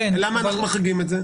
למה לא מחריגים את זה?